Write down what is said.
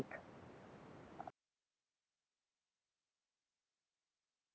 um so so would you